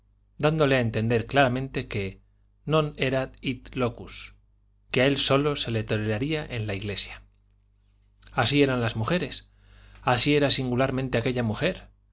dándole a entender claramente que non erat hic locus que a él sólo se le toleraría en la iglesia así eran las mujeres así era singularmente aquella mujer